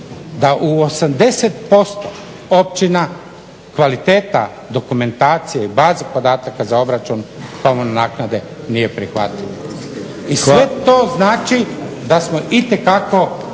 Da u 80% općina kvaliteta dokumentacije i baza podataka za obračun komunalnih naknada nije prihvatljivo. I sve to znači da smo itekako